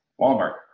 Walmart